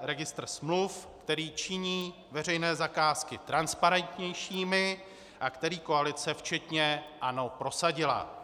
registr smluv, který činí veřejné zakázky transparentnějšími a který koalice včetně ANO prosadila.